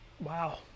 Wow